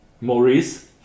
Maurice